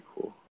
cool